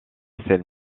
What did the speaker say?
celle